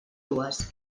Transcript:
dues